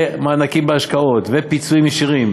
מענקים בהשקעות ופיצויים ישירים.